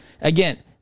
again